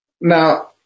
Now